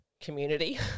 community